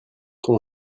ton